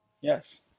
Yes